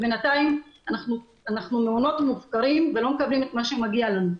בינתיים אנחנו מעונות מופקרים ולא מקבלים את מה שמגיע לנו.